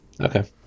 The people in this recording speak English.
Okay